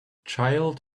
child